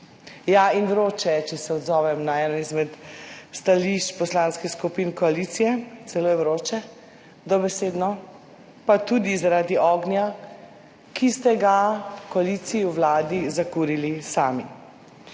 Ja in vroče je, če se odzovem na eno izmed stališč poslanskih skupin koalicije, celo je vroče, dobesedno, pa tudi zaradi ognja, ki ste ga v koaliciji, v Vladi zakurili sami.